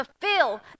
fulfill